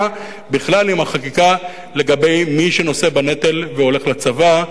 בכלל עם החקיקה לגבי מי שנושא בנטל והולך לצבא,